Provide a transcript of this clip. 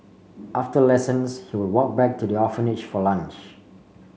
after lessons he would walk back to the orphanage for lunch